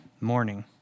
morning